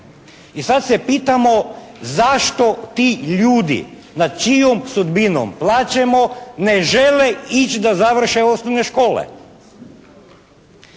I sad se pitamo zašto ti ljudi, nad čijom sudbinom plačemo, ne žele ići da završe osnovne škole.